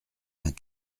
vingt